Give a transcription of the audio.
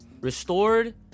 restored